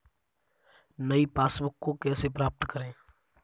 नई पासबुक को कैसे प्राप्त करें?